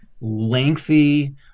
lengthy